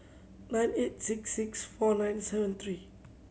nine eight six six four nine seven three